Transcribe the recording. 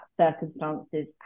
circumstances